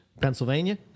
Pennsylvania